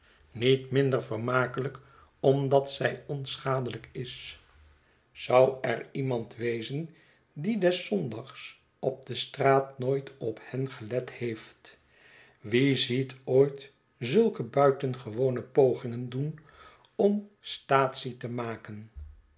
niet minder vermakelijk omdat zij onschadelijk is zou er iemand wezen die des zondags op de straat npoit op hen gelet heeft wie ziet ooit zulke buitengewone pogingen doen om staatsie te maken